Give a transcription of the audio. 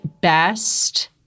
best